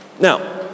Now